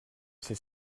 sait